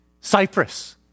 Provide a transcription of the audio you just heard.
Cyprus